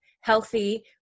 healthy